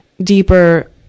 deeper